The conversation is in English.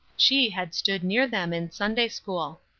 she had stood near them in sunday-school.